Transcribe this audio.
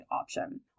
option